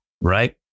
right